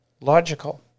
logical